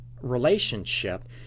relationship